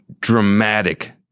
dramatic